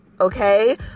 Okay